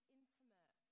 intimate